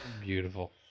Beautiful